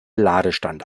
ladestand